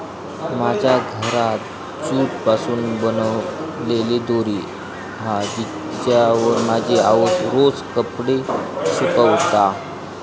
माझ्या घरात जूट पासून बनलेली दोरी हा जिच्यावर माझी आउस रोज कपडे सुकवता